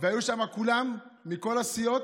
והיו שם כולם, מכל הסיעות,